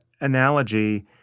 analogy